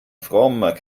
frommer